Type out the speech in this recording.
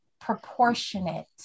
proportionate